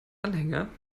anhänger